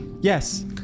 Yes